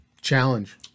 challenge